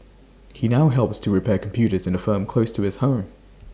he now helps to repair computers in A firm close to his home